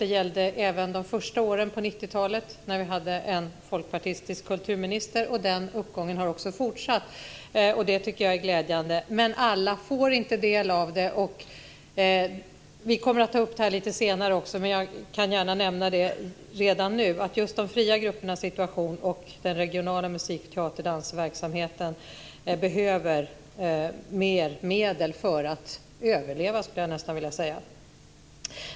Det gällde även de första åren på 90-talet, när vi hade en folkpartistisk kulturminister. Den uppgången har också fortsatt. Det tycker jag är glädjande. Men alla får inte del av det. Vi kommer att ta upp detta lite senare också, men jag kan gärna nämna det redan nu att just de fria gruppernas situation och den regionala musik-, teateroch dansverksamheten behöver mer medel för att överleva, skulle jag nästan vilja säga.